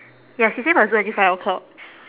yes she say must do until five o'clock